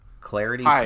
clarity